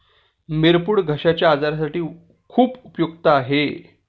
मिरपूड घश्याच्या आजारासाठी खूप उपयुक्त आहे